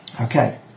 Okay